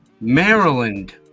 maryland